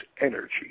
energy